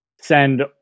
send